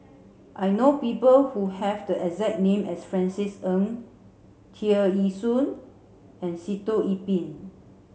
I know people who have the exact name as Francis Ng Tear Ee Soon and Sitoh Yih Pin